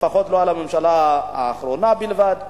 לפחות לא על הממשלה האחרונה בלבד.